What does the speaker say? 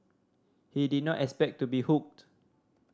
he did not expect to be hooked